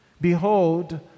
behold